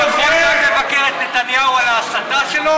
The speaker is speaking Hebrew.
אתה יכול גם לבקר את נתניהו על ההסתה שלו